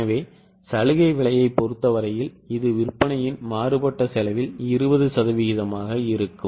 எனவே சலுகை விலையைப் பொறுத்தவரையில் இது விற்பனையின் மாறுபட்ட செலவில் 20 சதவீதமாக இருக்கும்